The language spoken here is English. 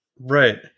right